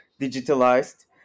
digitalized